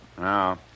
No